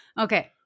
Okay